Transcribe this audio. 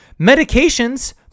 Medications